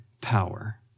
power